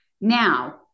Now